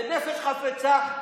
בנפש חפצה,